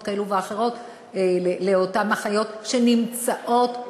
כאלה ואחרות לאותן אחיות שנמצאות ב-outsourcing,